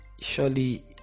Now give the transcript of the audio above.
surely